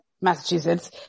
Massachusetts